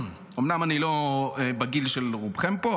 אומנם אני לא בגיל של רובכם פה,